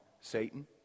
Satan